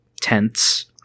tents